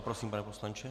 Prosím, pane poslanče.